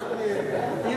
אומר,